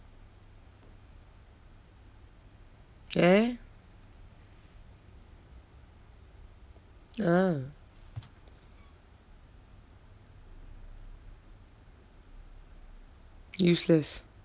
eh ah useless